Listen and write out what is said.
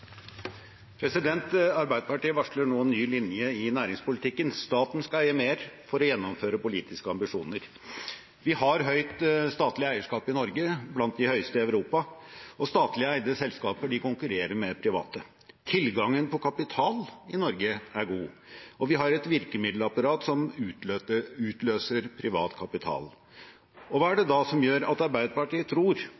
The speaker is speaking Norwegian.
Arbeiderpartiet varsler nå en ny linje i næringspolitikken: Staten skal eie mer for å gjennomføre politiske ambisjoner. Vi har høyt statlig eierskap i Norge, blant de høyeste i Europa, og statlig eide selskaper konkurrerer med private. Tilgangen på kapital i Norge er god, og vi har et virkemiddelapparat som utløser privat kapital. Hva er